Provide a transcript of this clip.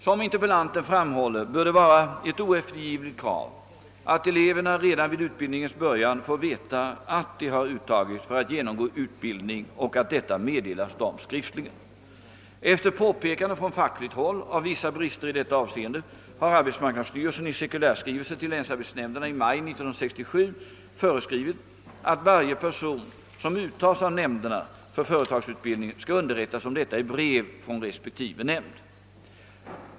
Som interpellanten framhåller bör det vara ett oeftergivligt krav att eleverna redan vid utbildningens början får veta att de har uttagits för att genomgå utbildning och att detta meddelas dem skriftligen. Efter påpekande från fackligt håll av vissa brister i detta avseende har arbetsmarknadsstyrelsen i cirkulärskrivelse till länsarbetsnämnderna i maj 1967 föreskrivit, att varje person som uttas av nämnderna för företagsutbildning skall underrättas om detta i brev från respektive nämnd.